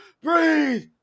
breathe